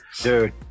dude